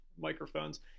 microphones